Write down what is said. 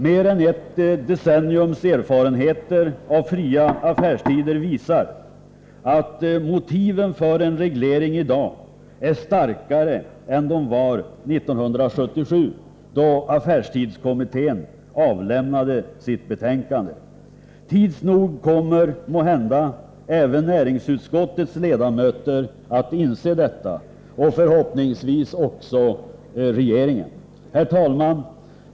Mer än ett decenniums erfarenheter av fria affärstider visar att motiven för en reglering i dag är starkare än de var 1977, då affärstidskommittén avlämnade sitt betänkande. Tids nog kommer måhända även näringsutskottets ledamöter att inse detta och förhoppningsvis också regeringen. Herr talman!